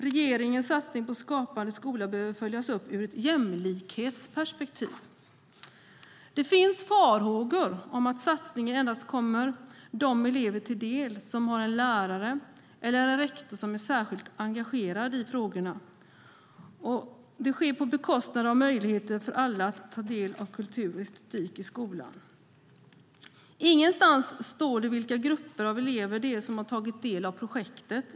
Regeringens satsning på Skapande skola behöver följas upp ur ett jämlikhetsperspektiv. Det finns farhågor om att satsningen endast kommer de elever till del som har en lärare eller rektor som är särskilt engagerad i frågorna. Det sker på bekostnad av möjligheten för alla att ta del av kultur och estetik i skolan. Ingenstans i den analys som har kommit nu står det vilka grupper av elever det är som har tagit del av projektet.